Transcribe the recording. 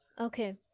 Okay